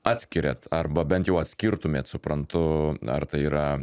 atskiriat arba bent jau atskirtumėt suprantu ar tai yra